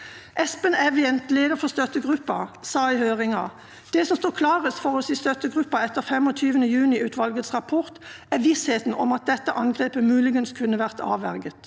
Espen Evjenth, leder for støttegruppen, sa i høringen: «Det som står klarest igjen for oss i støttegruppa etter 25. juni-utvalgets rapport, er vissheten om at dette angrepet muligens kunne ha vært avverget.»